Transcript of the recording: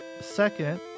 second